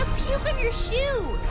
puke on your shoe!